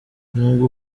nubwo